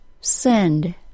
send